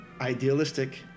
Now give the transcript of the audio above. idealistic